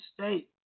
state